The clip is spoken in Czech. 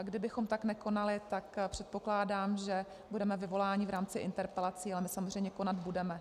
Kdybychom tak nekonali, předpokládám, že budeme vyvoláni v rámci interpelací, ale my samozřejmě konat budeme.